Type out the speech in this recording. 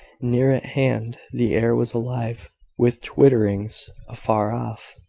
near at hand the air was alive with twitterings afar off,